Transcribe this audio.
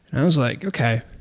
and was like, okay.